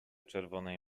czerwonej